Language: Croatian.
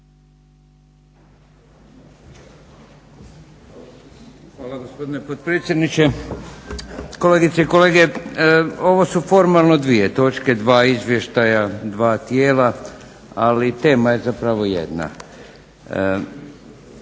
Hvala gospodine potpredsjedniče, kolegice i kolege. Ovo su formalno dvije točke, dva izvještaja, dva tijela ali tema je zapravo jedna.